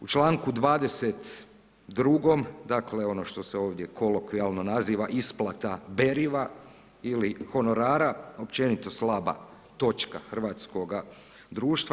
U čl. 22., dakle ono što se ovdje kolokvijalno naziva isplata beriva ili honorara općenito slaba točka hrvatskoga društva.